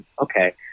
okay